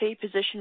position